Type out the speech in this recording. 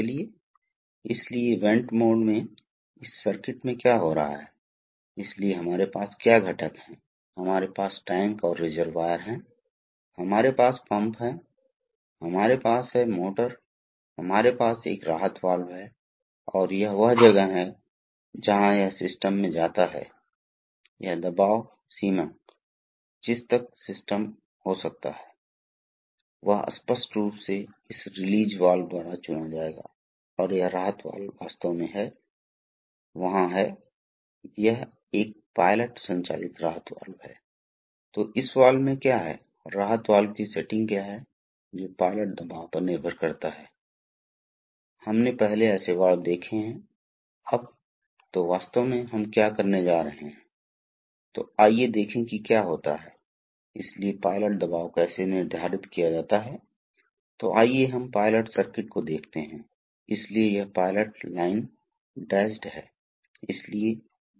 इसलिए इस हिस्से को चिकनाई देने का एक प्रमुख महत्व है ताकि चिकनी घर्षण रहित गति हो और द्रव ही हाइड्रोलिक्स के बड़े लाभों में से एक यह है इसे किसी भी अतिरिक्त चिकनाई की आवश्यकता नहीं होती है जो अक्सर इलेक्ट्रिक सिस्टम और वायवीय प्रणालियों में अवस्य होता है क्योंकि उनके पास एक इनबिल्ट लुब्रीकेंट नहीं होता है यहाँ हमारे पास एक इनबिल्ट लुब्रीकेंट होता है जो कि द्रव ही होता है जिसका उपयोग पॉवर ट्रांसमिशन के लिए किया जाता है फिर भी घर्षण और गर्मी के कारण कुछ मात्रा में गर्मी उत्पन्न होती है और घटक ठंडा करने की आवश्यकता होती है क्योंकि भारी दबाव मौजूद होता है और द्रव घटकों को ठंडा भी करता है और दूसरी बात यह दूषित पदार्थों को भी हटाता है